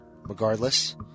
Regardless